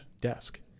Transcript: desk